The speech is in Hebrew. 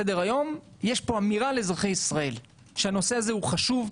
יש פה אמירה לאזרחי ישראל שהנושא הזה הוא חשוב,